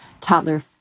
toddler